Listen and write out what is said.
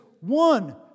one